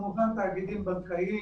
בכל מקרה,